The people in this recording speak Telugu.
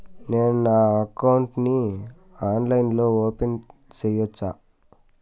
నేను నా అకౌంట్ ని ఆన్లైన్ లో ఓపెన్ సేయొచ్చా?